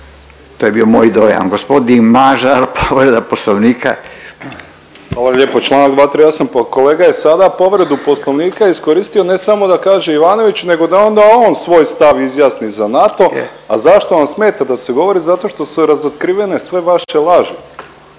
to je bio moj dojam. Gospodin Mažar, povreda Poslovnika. **Mažar, Nikola (HDZ)** Hvala lijepa. Članak 238., pa kolega je sada povredu Poslovnika iskoristio ne samo da kaže Ivanoviću nego da onda on svoj stav izjasni za NATO. A zašto vam smeta da se govori? Zato što su razotkrivene sve vaše laži.